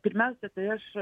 pirmiausia tai aš